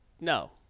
No